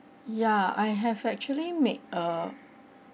ya I have actually made a